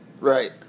Right